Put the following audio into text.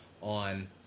on